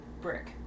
Brick